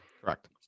Correct